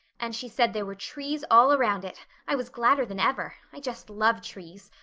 and she said there were trees all around it. i was gladder than ever. i just love trees.